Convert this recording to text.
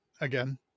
again